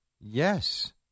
Yes